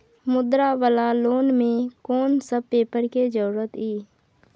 मुद्रा वाला लोन म कोन सब पेपर के जरूरत इ?